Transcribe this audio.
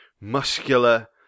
muscular